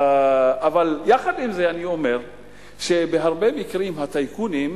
אבל יחד עם זה אני אומר שבהרבה מקרים הטייקונים,